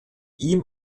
ihm